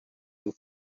you